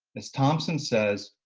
as thompson says,